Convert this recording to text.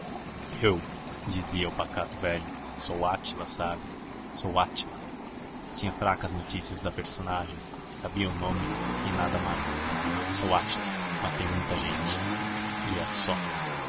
eu dizia o pacato velho sou átila sabe sou átila tinha fracas notícias da personagem sabia o nome e nada mais sou átila matei muita gente e era só